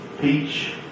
peach